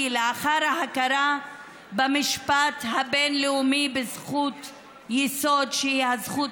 לאחר ההכרה במשפט הבין-לאומי בזכות היסוד שהיא הזכות